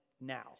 now